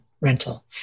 rental